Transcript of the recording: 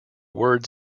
words